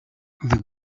the